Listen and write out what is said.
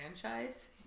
franchise